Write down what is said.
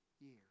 year